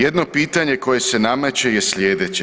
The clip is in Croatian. Jedno pitanje koje se nameće je slijedeće.